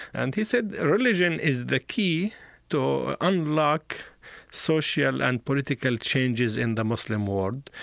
and he said, religion is the key to unlock social and political changes in the muslim world.